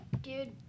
Dude